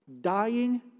dying